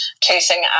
chasing